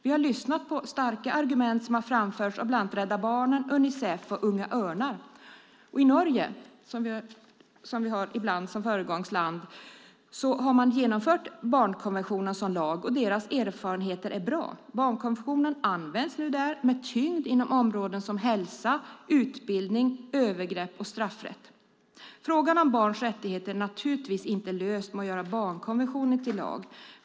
Vi har lyssnat på starka argument som har framförts av bland annat Rädda Barnen, Unicef och Unga Örnar. I Norge, som vi ibland har som föregångsland, har man genomfört barnkonventionen som lag, och deras erfarenheter är bra. Barnkonventionen används där med tyngd inom områden som hälsa, utbildning, övergrepp och straffrätt. Frågan om barns rättigheter är naturligtvis inte löst genom att göra barnkonventionen till lag.